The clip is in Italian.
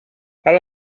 alla